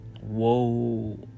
Whoa